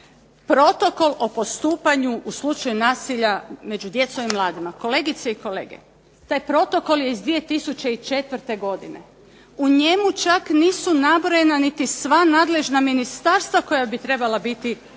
Protokol o postupanju u slučaju nasilja među djecom i mladima, kolegice i kolege taj protokol je iz 2004. godine. U njemu čak nisu nabrojana niti sva nadležna ministarstva koja bi trebala biti unutra.